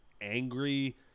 angry